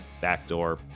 backdoor